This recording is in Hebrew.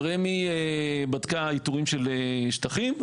ורמ"י בדקה איתורים של שטחים,